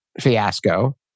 fiasco